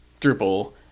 Drupal